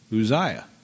Uzziah